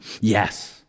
Yes